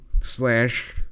slash